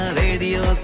radio